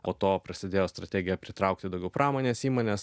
po to prasidėjo strategija pritraukti daugiau pramonės įmones